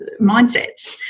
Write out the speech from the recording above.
mindsets